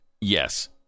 Yes